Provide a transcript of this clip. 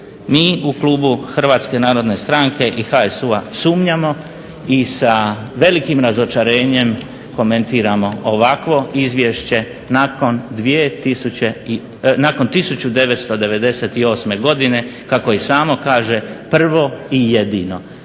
Mi u klubu Hrvatske narodne stranke i HSU-a sumnjamo, i sa velikim razočarenjem komentiramo ovakvo izvješće nakon 1998. godine kako i samo kaže prvo i jedino.